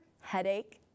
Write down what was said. headache